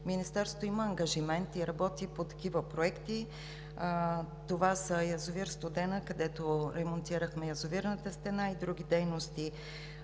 Министерството има ангажимент и работи по такива проекти. Това са: язовир „Студена“, където ремонтирахме язовирната стена и други дейности,